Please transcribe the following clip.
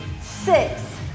six